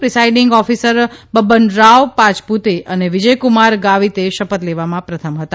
presiding officer Baban Rao Paypute અને વિજયક્રમાર ગાવિત શપથ લેવામાં પ્રથમ હતા